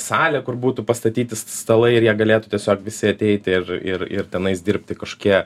salė kur būtų pastatyti stalai ir jie galėtų tiesiog visi ateiti ir ir ir tenais dirbti kažkokie